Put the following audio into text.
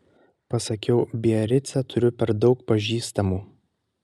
pasakiau biarice turiu per daug pažįstamų